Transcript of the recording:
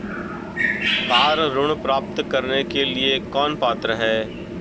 Car ऋण प्राप्त करने के लिए कौन पात्र है?